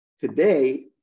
Today